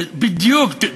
בדיוק.